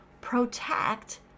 Protect